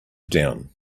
down